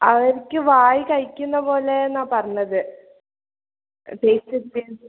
അവർക്ക് വായ് കയ്ക്കുന്നത് പോലെ എന്നാണ് പറഞ്ഞത് ടേസ്റ്റ് വ്യത്യാസം